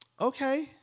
okay